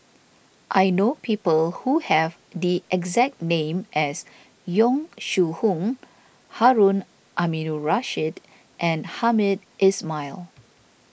I know people who have the exact name as Yong Shu Hoong Harun Aminurrashid and Hamed Ismail